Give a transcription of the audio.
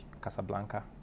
Casablanca